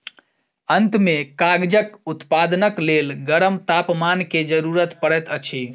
अंत में कागजक उत्पादनक लेल गरम तापमान के जरूरत पड़ैत अछि